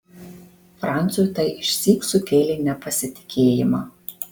franciui tai išsyk sukėlė nepasitikėjimą